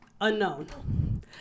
Unknown